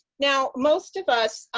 now, most of us